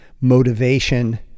motivation